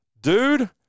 Dude